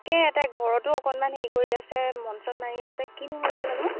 তাকে তাই ঘৰতো অকণমান হেৰি কৰি আছে মন চন মাৰি আছে কিনো হৈছে জানো